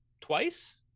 twice